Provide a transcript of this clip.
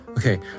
Okay